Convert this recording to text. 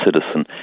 citizen